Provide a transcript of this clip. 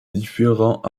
différents